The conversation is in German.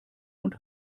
und